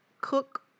Cook